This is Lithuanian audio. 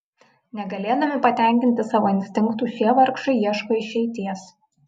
negalėdami patenkinti savo instinktų šie vargšai ieško išeities